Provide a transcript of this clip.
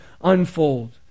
unfold